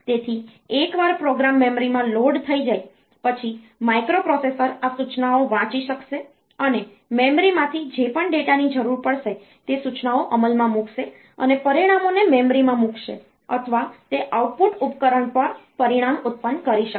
તેથી એકવાર પ્રોગ્રામ મેમરીમાં લોડ થઈ જાય પછી માઇક્રોપ્રોસેસર આ સૂચનાઓ વાંચી શકશે અને મેમરીમાંથી જે પણ ડેટાની જરૂર પડશે તે સૂચનાઓ અમલમાં મૂકશે અને પરિણામોને મેમરીમાં મૂકશે અથવા તે આઉટપુટ ઉપકરણ પર પરિણામ ઉત્પન્ન કરી શકશે